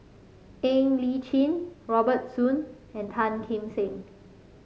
Ng Li Chin Robert Soon and Tan Kim Seng